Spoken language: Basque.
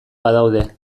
badaude